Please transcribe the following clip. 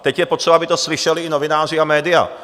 Teď je potřeba, aby to slyšeli i novináři a média.